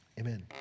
amen